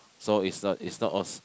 so is the is the also